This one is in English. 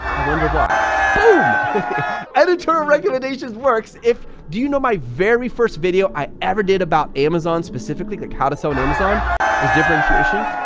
i wonder why boom editor recommendations works, if do you know my very first video i ever did about amazon, specifically like how to sell on amazon was differentiation.